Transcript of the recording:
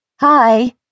Hi